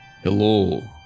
Hello